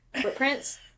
footprints